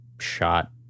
shot